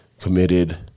committed